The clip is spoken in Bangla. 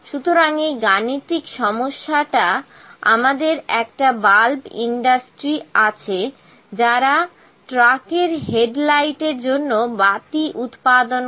সুতরাং এই গাণিতিক সমস্যা আমাদের একটা বাল্ব ইন্ডাস্ট্রি আছে যারা ট্রাকের হেডলাইট এর জন্য বাতি উৎপাদন করে